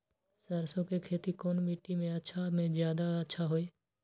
सरसो के खेती कौन मिट्टी मे अच्छा मे जादा अच्छा होइ?